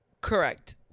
Correct